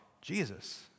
Jesus